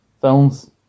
films